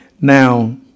Now